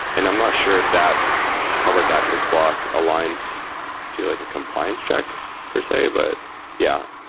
and i'm not sure if that public access block aligns to like a compliance check per se, but yeah,